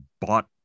bought